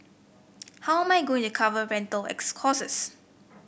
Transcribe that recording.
how am I going to cover rental costs